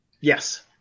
Yes